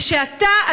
זה שאתה,